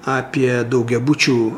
apie daugiabučių